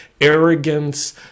arrogance